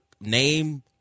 name